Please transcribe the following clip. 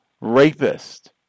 rapist